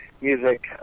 music